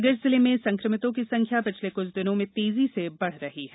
सागर जिले संक्रमितों की संख्या पिछले कुछ दिनों में तेजी से बढ़ रही है